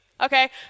Okay